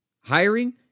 Hiring